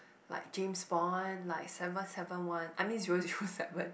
like James-Bond like seven seven one I mean zero zero seven